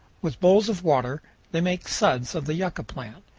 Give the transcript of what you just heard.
with bowls of water they make suds of the yucca plant,